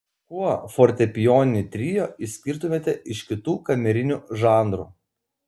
kuo fortepijoninį trio išskirtumėte iš kitų kamerinių žanrų